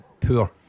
poor